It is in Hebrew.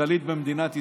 הכלכלית במדינת ישראל.